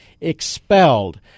Expelled